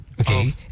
Okay